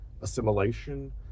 assimilation